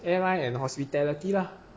airline and hospitality lah